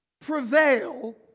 prevail